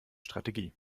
strategie